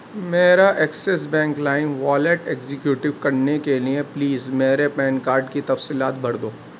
میرا Axis bank lime wallet executive کرنے کے لیے پلیز میرے پین کارڈ کی تفصیلات بھر دو